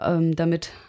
damit